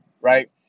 right